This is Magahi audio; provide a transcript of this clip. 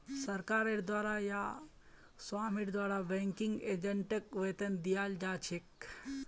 सरकारेर द्वारे या स्वामीर द्वारे बैंकिंग एजेंटक वेतन दियाल जा छेक